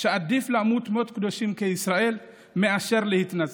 שעדיף למות מות קדושים כישראל מאשר להתנצר.